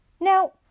Now